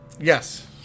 Yes